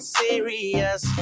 serious